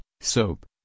SOAP